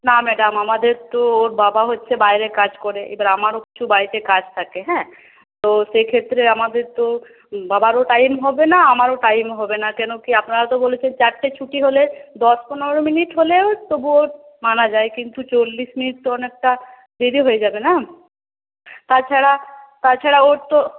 না ম্যাডাম আমাদের তো ওর বাবা হচ্ছে বাইরে কাজ করে এবার আমারও একটু বাড়িতে কাজ থাকে হ্যাঁ তো সেইক্ষেত্রে আমাদের তো বাবারও টাইম হবে না আমারও টাইম হবে না কেন কি আপনারা তো বলেছে চারটে ছুটি হলে দশ পনেরো মিনিট হলেও তবুও মানা যায় কিন্তু চল্লিশ মিনিট তো অনেকটা দেরী হয়ে যাবে না তাছাড়া তাছাড়া ওর তো